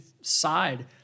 side